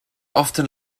often